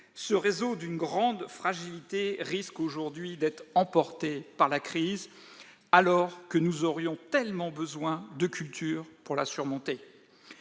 Ce réseau, d'une grande fragilité, risque aujourd'hui d'être emporté par la crise, alors que nous aurions tellement besoin de culture pour la surmonter.